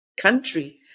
country